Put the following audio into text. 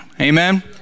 Amen